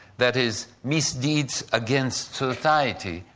that is misdeeds against society,